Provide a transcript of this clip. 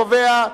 ובכן,